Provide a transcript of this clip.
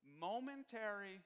momentary